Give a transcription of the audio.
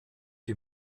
die